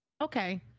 okay